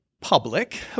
public